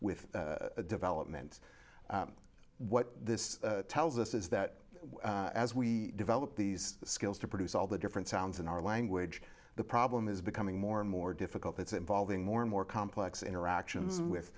with development what this tells us is that as we develop these skills to produce all the different sounds in our language the problem is becoming more and more difficult it's involving more and more complex interactions with